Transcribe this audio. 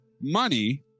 money